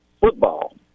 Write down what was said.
football